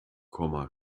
komma